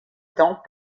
temps